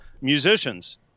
musicians